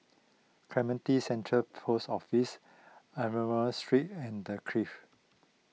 Clementi Central Post Office Street and the Clift